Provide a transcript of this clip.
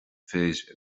fir